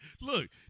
Look